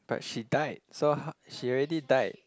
but she died so how she already died